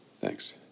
Thanks